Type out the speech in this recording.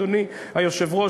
אדוני היושב-ראש,